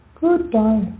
Goodbye